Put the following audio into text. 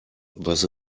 was